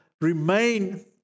remain